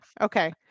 okay